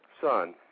son